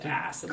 ass